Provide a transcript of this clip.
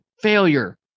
failure